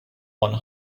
one